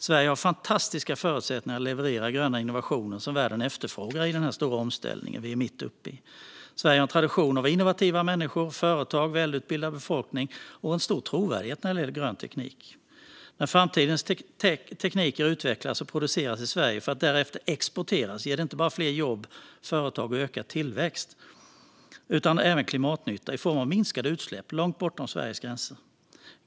Sverige har fantastiska förutsättningar att leverera gröna innovationer som världen efterfrågar i den stora omställning vi är mitt uppe i. Sverige har en tradition av innovativa människor och företag, en välutbildad befolkning och en stor trovärdighet när det gäller grön teknik. När framtidens tekniker utvecklas och produceras i Sverige för att därefter exporteras ger det inte bara fler jobb, företag och ökad tillväxt utan även klimatnytta i form av minskade utsläpp långt bortom Sveriges gränser.